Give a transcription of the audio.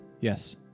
Yes